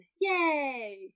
yay